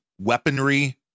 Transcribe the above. weaponry